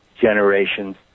generations